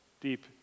deep